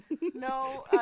No